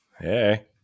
Hey